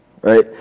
Right